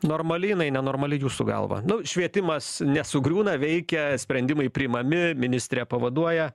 normali jinai nenormali jūsų galva nu švietimas nesugriūna veikia sprendimai priimami ministrė pavaduoja